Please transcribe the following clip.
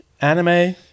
anime